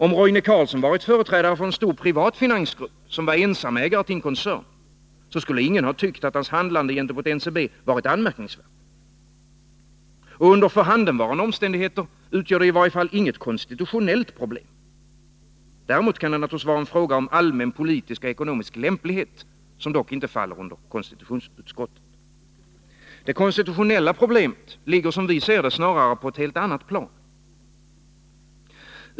Om Roine Carlsson varit företrädare för en stor privat finansgrupp, som var ensamägare till en koncern, skulle ingen ha tyckt att hans handlande gentemot NCB varit anmärkningsvärt. Och under förhandenvarande omständigheter utgör det i varje fall inget konstitutionellt problem. Däremot kan det naturligtvis vara en fråga om allmän politisk och ekonomisk lämplighet, som dock inte faller under konstitutionsutskottet. Det konstitutionella problemet ligger, som vi ser det, snarare på ett helt annat plan.